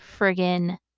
friggin